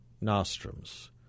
nostrums